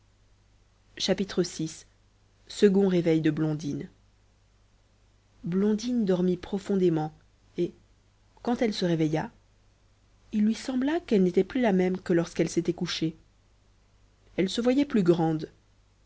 vi second réveil de blondine blondine dormit profondément et quand elle se réveilla il lui sembla qu'elle n'était plus la même que lorsqu'elle s'était couchée elle se voyait plus grande